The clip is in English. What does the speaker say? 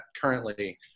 currently